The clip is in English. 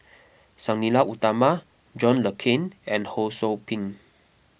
Sang Nila Utama John Le Cain and Ho Sou Ping